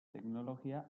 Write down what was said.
teknologia